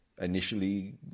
initially